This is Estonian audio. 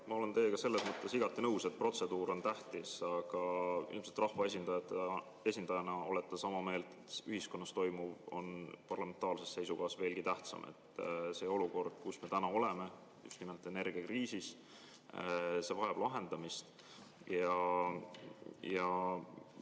Ma olen teiega selles mõttes igati nõus, et protseduur on tähtis, aga rahva esindajana olete ilmselt sama meelt, et ühiskonnas toimuv on parlamentaarsest seisukohast veelgi tähtsam. See olukord, kus me täna oleme – energiakriis –, vajab lahendamist.